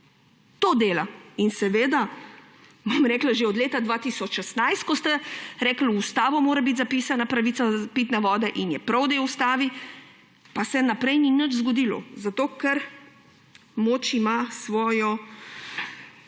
To dela! In seveda, bom rekla, že od leta 2016, ko ste rekli, v ustavo mora biti zapisana pravica do pitne vode ‒ in je prav, da je v ustavi –, pa se naprej ni nič zgodilo, zato ker moč ima svojo